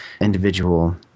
individual